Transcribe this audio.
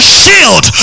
shield